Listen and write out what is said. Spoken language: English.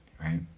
Right